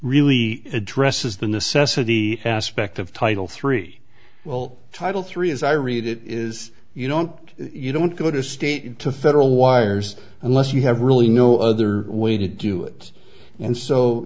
really addresses the necessity aspect of title three well title three as i read it is you don't you don't go to state to federal wires unless you have really no other way to do it and so